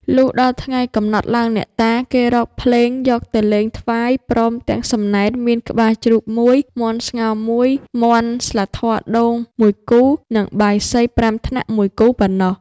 លុះដល់ថ្ងៃកំណត់ឡើងអ្នកតា គេរកភ្លេងយកទៅលេងថ្វាយ ព្រមទាំងសំណែនមានក្បាលជ្រូក ១ មាន់ស្ងោរ ១ ស្លាធម៌ដូង ១គូ និងបាយសី ៥ថ្នាក់ ១គូ ប៉ុណ្ណោះ ។